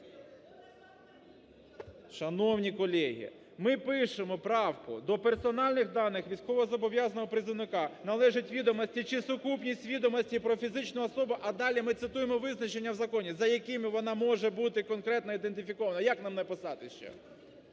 Шановні колеги, ми пишемо правку: до персональних даних військовозобов'язаного призовника належать відомості чи сукупність відомостей про фізичну особу, а далі ми цитуємо визначення в законі: за якими вона може бути конкретно ідентифікована. Як нам написати ще?